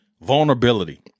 Vulnerability